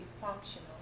functional